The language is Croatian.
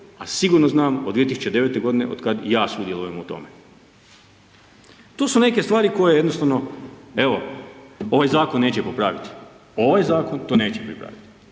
a sigurno znam od 2009. otkada i ja sudjelujem u tome. To su neke stvari koje jednostavno evo ovaj zakon neće popraviti, ovaj zakon to neće popraviti.